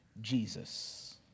Jesus